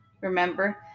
Remember